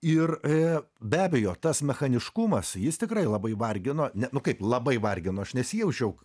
ir be abejo tas mechaniškumas jis tikrai labai vargino ne nu kaip labai vargino aš nesijaučiau